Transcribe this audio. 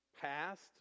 passed